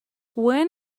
when